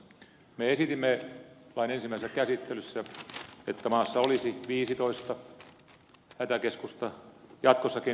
me esitimme lain ensimmäisessä käsittelyssä että maassa olisi viisitoista hätäkeskusta jatkossakin